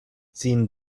ziehen